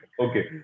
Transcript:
Okay